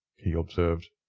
he observed.